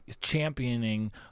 championing